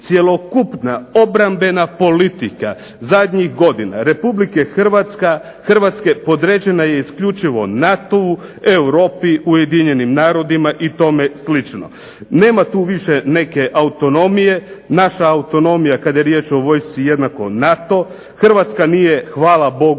Cjelokupna obrambena politika zadnjih godina Republike Hrvatske podređena je isključivo NATO-u, Europi, Ujedinjenim narodima i tome slično. Nema tu više neke autonomije, naša autonomija kad je riječ o vojsci jednako NATO, Hrvatska nije hvala Bogu